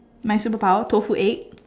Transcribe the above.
my superpower tofu egg